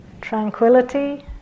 tranquility